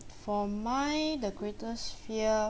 for mine the greatest fear